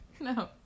no